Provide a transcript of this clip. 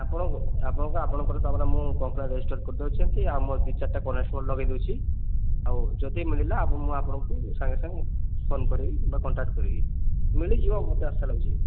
ଆପଣ ଆପଣଙ୍କ ଆପଣଙ୍କର ତା'ର ମୁଁ କମ୍ପଲେନ୍ ରେଜିଷ୍ଟର କରିଦେଉଛନ୍ତି ଆଉ ମୋ ଦୁଇ ଚାରିଟା କନେଷ୍ଟବଲ ଲଗେଇଦେଉଛି ଆଉ ଯଦି ମିଳିଲା ଆ ମୁଁ ଆପଣଙ୍କୁ ସାଙ୍ଗେ ସାଙ୍ଗେ ଫୋନ୍ କରିବି ବା କଣ୍ଟାକ୍ଟ କରିବି ମିଳିଯିବ ମୋତେ ଆଶା ଲାଗୁଛି